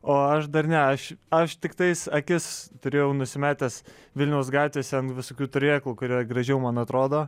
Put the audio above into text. o aš dar ne aš aš tiktais akis turėjau nusimetęs vilniaus gatvėse ant visokių turėklų kurie gražiau man atrodo